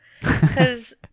Because-